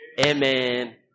Amen